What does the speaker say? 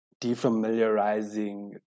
defamiliarizing